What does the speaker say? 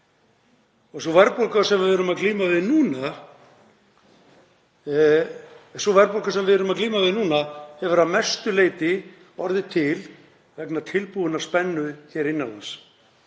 er. Sú verðbólga sem við erum að glíma við núna hefur að mestu leyti orðið til vegna tilbúinnar spennu hér innan